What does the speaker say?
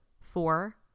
four